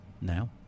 now